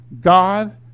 God